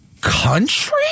country